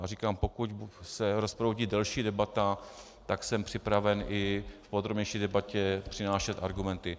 A říkám, že pokud se rozproudí delší debata, tak jsem připraven i v podrobnější debatě přinášet argumenty.